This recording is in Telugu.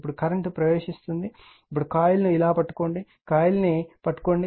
ఇప్పుడు కరెంట్ ప్రవేశిస్తుంది ఇప్పుడు కాయిల్ ను ఇలా పట్టుకోండి కాయిల్ని పట్టుకోండి